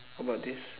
about this